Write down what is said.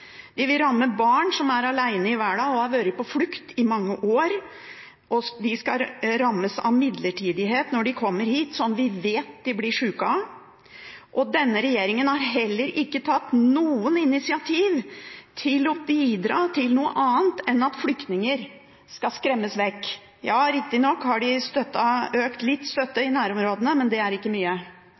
De vil ramme barn som er alene i verden og har vært på flukt i mange år. Disse skal rammes av midlertidighet når de kommer hit, noe vi vet de blir syke av. Denne regjeringen har heller ikke tatt noen initiativ til å bidra til annet enn at flyktninger skal skremmes vekk. Riktig nok har de økt støtten til nærområdene litt, men det er ikke mye.